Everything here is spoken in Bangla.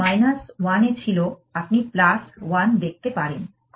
এটা 1 এ ছিল আপনি 1 দেখতে পারেন